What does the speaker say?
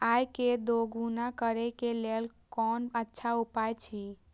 आय के दोगुणा करे के लेल कोन अच्छा उपाय अछि?